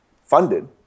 funded